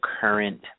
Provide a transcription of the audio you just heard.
current